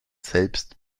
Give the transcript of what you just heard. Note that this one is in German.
selbst